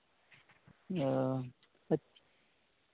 ᱚ